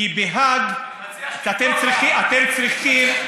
כי בהאג אתם צריכים,